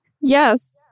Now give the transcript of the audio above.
Yes